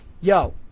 yo